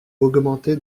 augmenté